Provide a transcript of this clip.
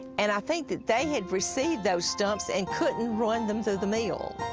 and i think that they had received those stumps and couldn't run them through the mill.